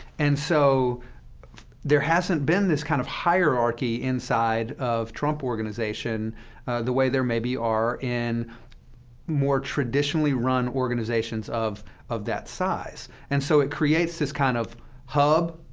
and so there hasn't been this kind of hierarchy inside of trump organization the way there maybe are in more traditionally run organizations of of that size. and so it creates this kind of hub,